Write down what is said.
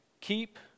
Keep